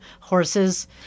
horses